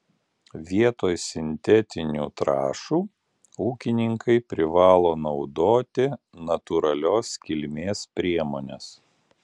vietoj sintetinių trąšų ūkininkai privalo naudoti natūralios kilmės priemones